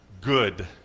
good